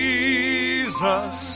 Jesus